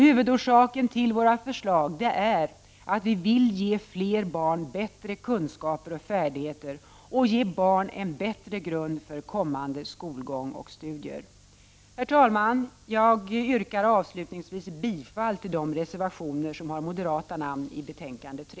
Huvudorsaken till våra förslag är att vi vill ge fler barn bättre kunskaper och färdigheter och ge barn en bättre grund för kommande skolgång och studier. Herr talman! Jag yrkar avslutningsvis bifall till de reservationer som har moderata namn i betänkande UbU3.